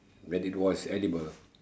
that it was edible